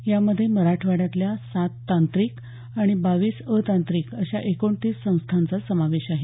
यामध्ये मराठवाड्यातल्या सात तांत्रिक आणि बावीस अतांत्रिक अशा एकोणतीस संस्थांचा समावेश आहे